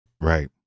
Right